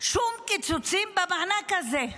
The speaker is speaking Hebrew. שום קיצוצים במענק הזה.